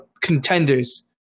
contenders